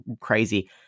crazy